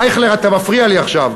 אייכלר, אתה מפריע לי עכשיו.